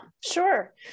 Sure